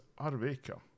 Arvika